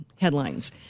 headlines